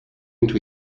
into